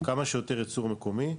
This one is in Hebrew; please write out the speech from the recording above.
כמה שיותר ייצור מקומי,